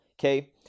Okay